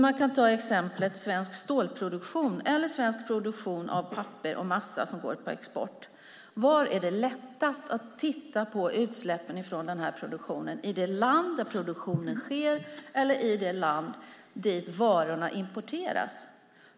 Man kan ta svensk stålproduktion eller svensk produktion av papper och massa som går på export som exempel. Var är det lättast att titta på utsläppen från den här produktionen, i det land där produktionen sker eller i det land dit varorna importeras?